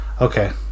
Okay